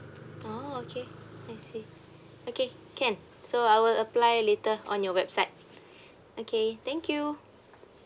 oh okay I see okay can so I will apply later on your website okay thank you